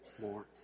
more